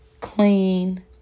clean